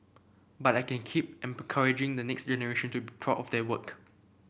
but I can keep encouraging the next generation to be proud of their work